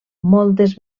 moltes